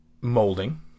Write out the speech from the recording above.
molding